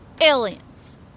Aliens